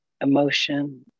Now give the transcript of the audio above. emotion